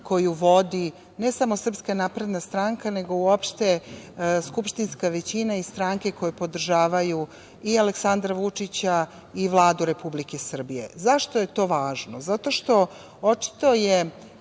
koju vodi ne samo SNS, nego uopšte skupštinska većina i stranke koje podržavaju i Aleksandra Vučića i Vladu Republike Srbije.Zašto je to važno? Zato što očito je